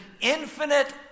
infinite